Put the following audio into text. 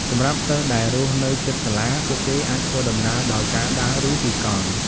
សម្រាប់សិស្សដែលរស់នៅជិតសាលា ពួកគេអាចធ្វើដំណើរដោយការដើរឬជិះកង់។